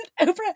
Oprah